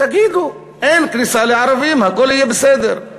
תגידו: אין כניסה לערבים, הכול יהיה בסדר.